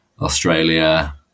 australia